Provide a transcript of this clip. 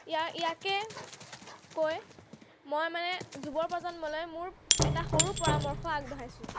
ইয়াৰ ইয়াকে কৈ মই মানে যুৱ প্ৰজন্মলৈ মোৰ এটা সৰু পৰামৰ্শ আগবঢ়াইছোঁ